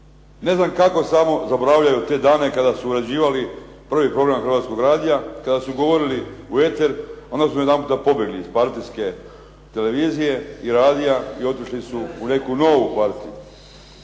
Ne znam kako samo zaboravljaju te dane kada su uređivali prvi program Hrvatskog radija, kada su govorili eter, onda su odjedanputa pobjegli iz partijske televizije i radija, i otišli su u neku novu partiju.